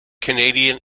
canadian